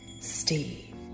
Steve